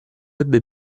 ebbe